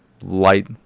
light